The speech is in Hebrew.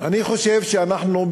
אני חושב שאנחנו,